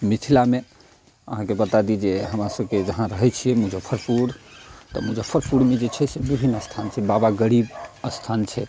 मिथिलामे अहाँके बता दी जे हमरा सबके जहाँ रहै छियै मुजफ्फरपुर तऽ मुजफ्फरपुरमे जे छै से विभिन्न स्थान छै बाबा गरीब स्थान छै